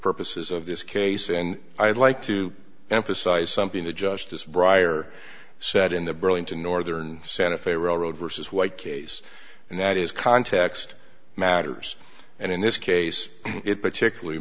purposes of this case and i would like to emphasize something that justice brier said in the burlington northern santa fe railroad versus white case and that is context matters and in this case it particularly